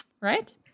right